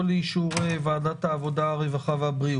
לאור כל המתרחש והבנת חשיבות